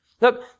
Look